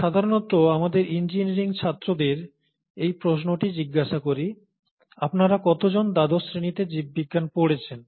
আমি সাধারণত আমাদের ইঞ্জিনিয়ারিং ছাত্রদের এই প্রশ্নটি জিজ্ঞাসা করি আপনারা কতজন দ্বাদশ শ্রেণিতে জীববিজ্ঞান পড়েছেন